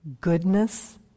goodness